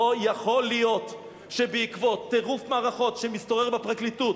לא יכול להיות שבעקבות טירוף מערכות שמשתרר בפרקליטות,